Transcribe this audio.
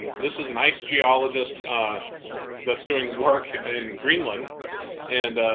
and this is an ice geologist that's doing work in greenland and.